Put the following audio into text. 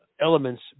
elements